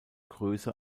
größe